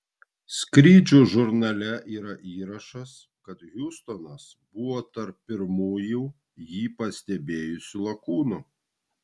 skrydžių žurnale yra įrašas kad hiustonas buvo tarp pirmųjų jį pastebėjusių lakūnų